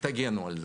תגנו על זה.